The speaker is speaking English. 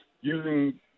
using